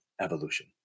evolution